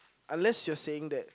unless you're saying that